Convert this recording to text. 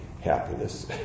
happiness